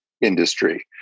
industry